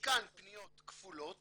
חלקן פניות כפולות